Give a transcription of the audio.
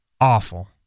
Awful